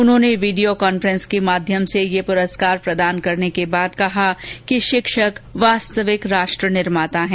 उन्होंने video conference के माध्यम से ये पुरस्कार प्रदान करने के बाद कहा कि शिक्षक वास्तविक राष्ट्र निर्माता हैं